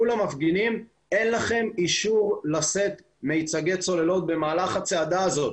- שאין לכם אישור לשאת מיצגי צוללות במהלך הצעדה הזאת.